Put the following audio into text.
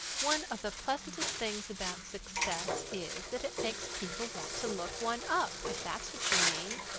one of the pleasantest things about success is that it makes people want to look one up, if that's what you mean.